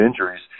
injuries